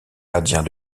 gardiens